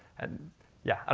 and yeah, i